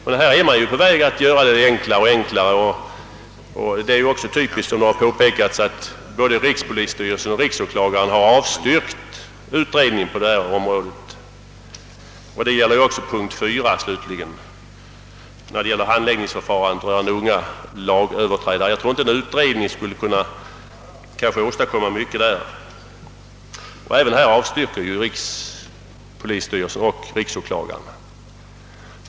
Man är på väg att göra det enklare och enklare. Det är också betecknande, som tidigare har påpekats, att både rikspolisstyrelsen och riksåklagaren avstyrkt utredningsförslaget. Det gäller också punkt 4 som rör handläggningsförfarandet när det gäller unga lagöverträdare. Jag tror inte att en utredning skulle kunna åstadkomma så mycket. Även på denna punkt avstyrkte riks polisstyrelsen och riksåklagaren.